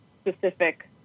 specific